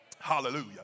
Hallelujah